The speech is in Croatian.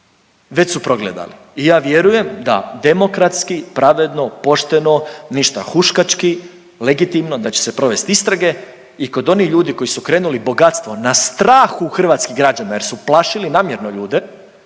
već su progledali. I ja vjerujem da demokratski, pravedno, pošteno, ništa huškački, legitimno da će se provesti istrage i kod onih ljudi koji su okrenuli bogatstvo na strahu hrvatskih građana jer su plašili namjerno ljude